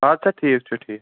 اَدٕ سا ٹھیٖک چھُ ٹھیٖک